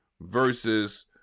versus